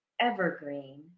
Evergreen